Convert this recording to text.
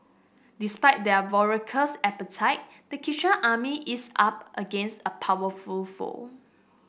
despite their voracious appetite the chicken army is up against a powerful foe